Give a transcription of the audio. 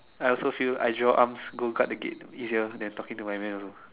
I also feel I draw arms go guard the gate easier than talking to my man also